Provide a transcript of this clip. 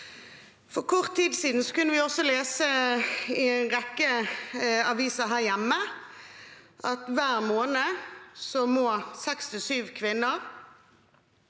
For kort tid siden kunne vi også lese i en rekke aviser her hjemme at seks–sju kvinner